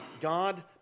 God